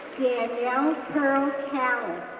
dannielle pearl callas,